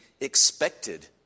expected